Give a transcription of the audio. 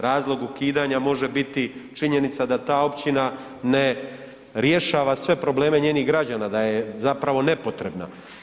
Razlog ukidanja može biti činjenica da ta općina ne rješava sve probleme njenih građana, da je zapravo nepotrebna.